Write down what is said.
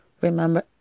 Remember